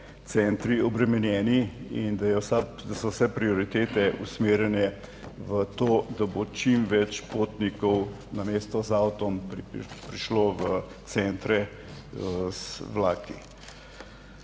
obremenjeni in da so vse prioritete usmerjene v to, da bo čim več potnikov namesto z avtom prišlo v centre z vlaki.